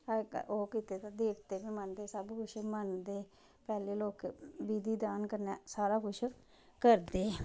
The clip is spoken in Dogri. ओह् केह् करदे देबते गी मन्नदे सब कुछ मन्नदे पैह्लें लोके विधि धान कन्नै सारा कुछ करदे ऐ